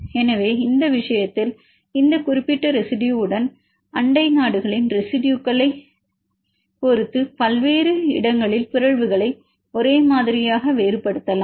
எனவே இந்த விஷயத்தில் இந்த குறிப்பிட்ட ரெசிடுயுவுடன் அண்டை நாடுகளின் ரெசிடுயுகளைப் பொறுத்து வெவ்வேறு இடங்களில் பிறழ்வுகளை ஒரே மாதிரியாக வேறுபடுத்தலாம்